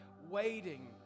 waiting